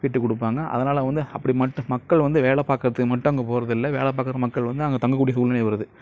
வீட்டுக்கு கொடுப்பாங்க அதனால் வந்து அப்படி மட்டும் மக்கள் வந்து வேலை பார்க்குறத்துக்கு மட்டும் அங்கே போகிறதில்ல வேலை பார்க்குற மக்கள் வந்து அங்கே தங்கக்கூடிய சூழ்நிலை வருது